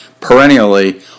perennially